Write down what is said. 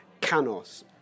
Canos